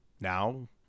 Now